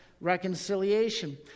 reconciliation